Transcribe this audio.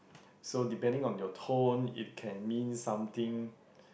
so depending on your tone it can mean something